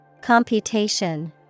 Computation